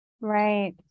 right